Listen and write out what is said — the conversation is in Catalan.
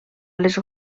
les